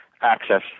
access